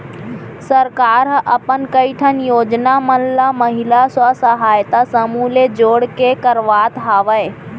सरकार ह अपन कई ठन योजना मन ल महिला स्व सहायता समूह ले जोड़ के करवात हवय